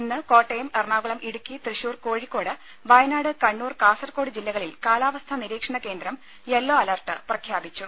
ഇന്ന് കോട്ടയം എറണാകുളം ഇടുക്കി തൃശൂർ കോഴിക്കോട് വയനാട് കണ്ണൂർ കാസർകോട് ജില്ലകളിൽ കാലാവസ്ഥാ നിരീക്ഷണ കന്ദ്രം യെല്ലോ അലർട്ട് പ്രഖ്യാപിച്ചു